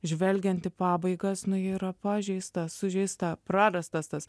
žvelgiant į pabaigas nu yra pažeista sužeista prarastas tas